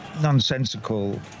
nonsensical